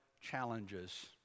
challenges